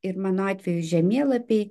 ir mano atveju žemėlapiai